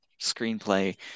Screenplay